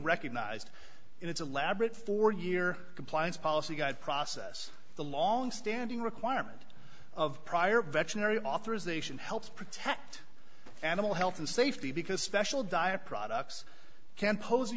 recognized in its elaborate four year compliance policy guide process the longstanding requirement of prior veterinary authorization helps protect animal health and safety because special diet products can pose a